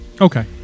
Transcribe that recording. Okay